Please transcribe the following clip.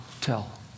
tell